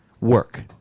Work